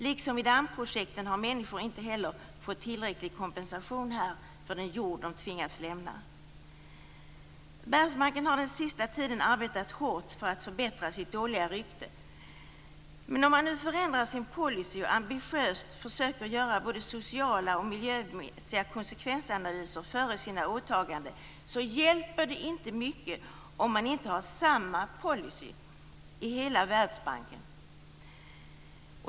Liksom i dammprojekten har människor inte heller här fått tillräcklig kompensation för den jord de tvingats lämna. Världsbanken har den sista tiden arbetat hårt för att förbättra sitt dåliga rykte. Men om man nu förändrar sin policy och ambitiöst försöker göra både sociala och miljömässiga konsekvensanalyser före sina åtaganden hjälper det inte mycket om man inte har samma policy i hela Världsbanken.